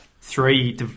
Three